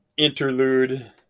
interlude